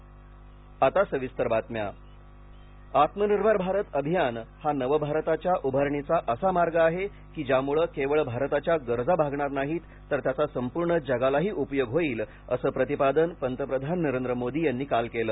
पंतप्रधान आत्मनिर्भर भारत अभियान हा नवभारताच्या उभारणीचा असा मार्ग आहे ज्यामुळे केवळ भारताच्या गरजा भागणार नाहीत तर त्याचा संपूर्ण जगालाही उपयोग होईल असं प्रतिपादन पंतप्रधान नरेंद्र मोदी यांनी काल केलं